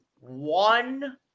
one